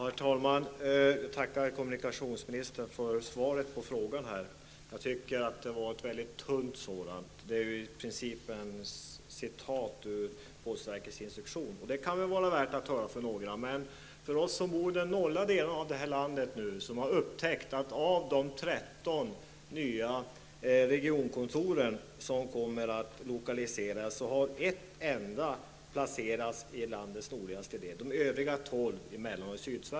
Herr talman! Jag tackar kommunikationsministern för svaret på min fråga. Det var dock ett väldigt tunt svar, i princip ett citat ur postverkets instruktion. Det kan kanske vara värt att återge för några. Men vi som bor i de norra delarna av detta land har upptäckt att av de tretton nya regionkontor som skall lokaliseras har ett enda placerats i landets nordligaste del och de övriga tolv i Mellan och Sydsverige.